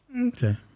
okay